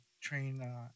train